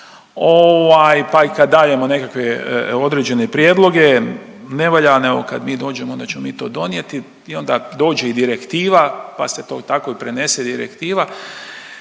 pa i kad dajemo nekakve određene prijedloge, ne valja, nego kad mi dođemo, onda ćemo mi to donijeti i onda dođe i direktiva pa se to tako i prenese direktiva.